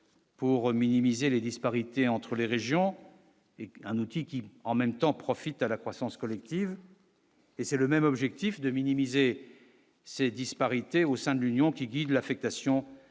pour minimiser les disparités entre les régions, un outil qui, en même temps, profite à la croissance collective. Et c'est le même objectif de minimiser ces disparités au sein de l'Union qui guide l'affectation des